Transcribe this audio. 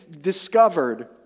discovered